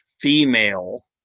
female